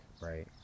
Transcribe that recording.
right